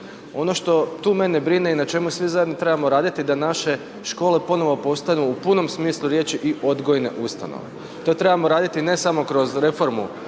Ono što tu mene brine i na čemu svi zajedno trebamo raditi, da naše škole ponovo postanu u punom smislu riječi i odgojne ustanove. To trebamo raditi ne samo kroz reformu